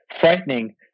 frightening